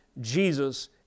Jesus